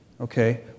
Okay